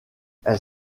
elle